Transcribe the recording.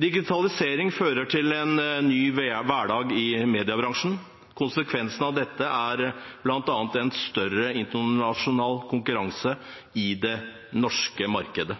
Digitalisering fører til en ny hverdag i mediebransjen. Konsekvensen av dette er bl.a. en større internasjonal konkurranse i det norske markedet.